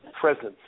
presence